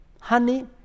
honey